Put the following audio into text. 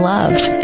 Loved